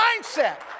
mindset